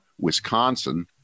Wisconsin